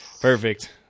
perfect